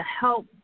help